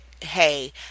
hey